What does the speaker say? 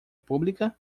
pública